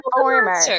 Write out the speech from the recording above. former